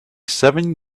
seven